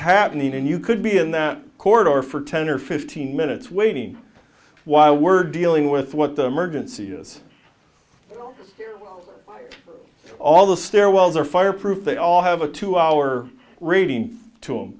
happening and you could be in that corridor for ten or fifteen minutes waiting while we're dealing with what the emergency is all the stairwells are fireproof they all have a two hour reading to